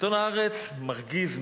עיתון "הארץ" מרגיז,